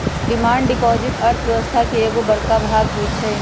demand deposit अर्थव्यवस्था के एगो बड़का भाग होई छै